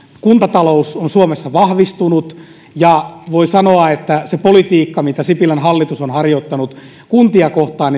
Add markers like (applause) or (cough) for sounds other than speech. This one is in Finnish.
kuntatalous on suomessa vahvistunut ja voi sanoa että se politiikka mitä sipilän hallitus on harjoittanut kuntia kohtaan (unintelligible)